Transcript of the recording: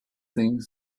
things